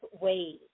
ways